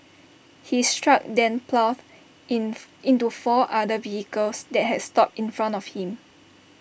his truck then ploughed in into four other vehicles that had stopped in front of him